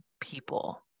people